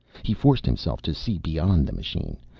he forced himself to see beyond the machine,